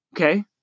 okay